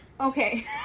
Okay